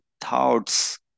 thoughts